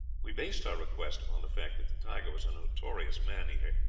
we based our request upon the fact that the tiger was a notorious man eater,